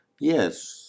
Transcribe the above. Yes